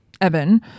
Evan